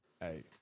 Hey